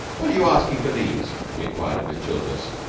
what are you asking for these? she enquired of miss chilvers.